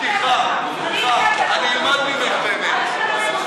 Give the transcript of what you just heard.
סליחה, סליחה, אני אלמד ממך באמת.